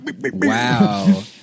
wow